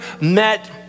met